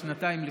השנתיים,